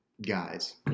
guys